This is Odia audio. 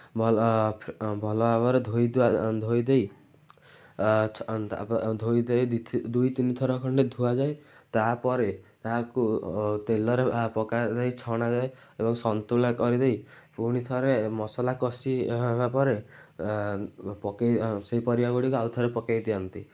ଭଲ ଭଲ ଭାବରେ ଧୋଇ ଧୁଆ ଧୋଇ ଦେଇ ଧୋଇ ଦେଇ ଦୁଇ ତିନି ଥର ଖଣ୍ଡେ ଧୁଆଯାଏ ତା'ପରେ ତାହାକୁ ତେଲରେ ପକାଯାଇ ଛଣାଯାଏ ଏବଂ ସନ୍ତୁଳା କରିଦେଇ ପୁଣି ଥରେ ମସଲା କଷି ସାରିବା ପରେ ପକାଇ ସେଇ ପରିବା ଗୁଡ଼ିକୁ ଆଉଥରେ ପକାଇ ଦିଅନ୍ତି